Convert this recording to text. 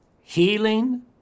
healing